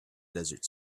desert